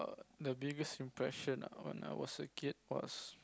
err the biggest impression ah when I was a kid was